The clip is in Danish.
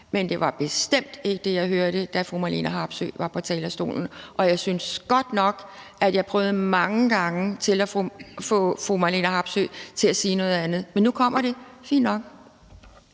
men det var bestemt ikke det, jeg hørte, da fru Marlene Harpsøe var på talerstolen, og jeg synes godt nok, at jeg mange gange prøvede at få fru Marlene Harpsøe til at sige noget andet. Men nu kom det, og det er fint nok.